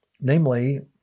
namely